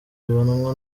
bibonwa